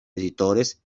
editores